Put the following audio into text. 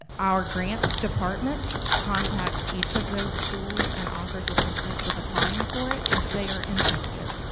ah our grants department contacts each of those schools and offers assistance with applying for it if they are interested.